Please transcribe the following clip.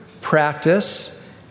practice